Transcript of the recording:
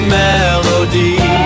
melody